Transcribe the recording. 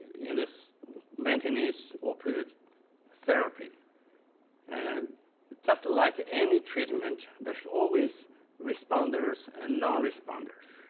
in this maintenance opioid therapy and just like any treatment, there's always responders and non-responders.